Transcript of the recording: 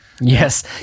Yes